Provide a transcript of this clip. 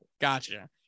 Gotcha